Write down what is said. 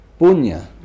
Punya